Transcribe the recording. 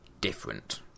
different